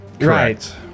Right